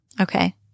Okay